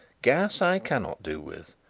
gas i cannot do with.